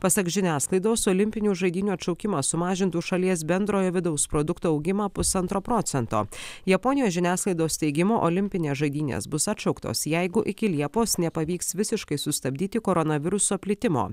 pasak žiniasklaidos olimpinių žaidynių atšaukimas sumažintų šalies bendrojo vidaus produkto augimą pusantro procento japonijos žiniasklaidos teigimu olimpinės žaidynės bus atšauktos jeigu iki liepos nepavyks visiškai sustabdyti koronaviruso plitimo